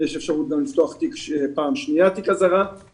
יש אפשרות גם לפתוח תיק אזהרה פעם שנייה בכפוף